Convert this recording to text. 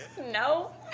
No